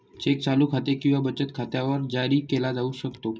check चालू खाते किंवा बचत खात्यावर जारी केला जाऊ शकतो